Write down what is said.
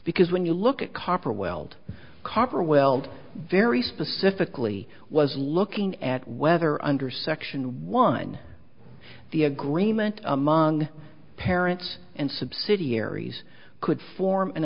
because when you look at copper weld copper weld very specifically was looking at whether under section one the agreement among parents and subsidiaries could form an